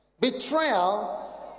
Betrayal